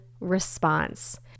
response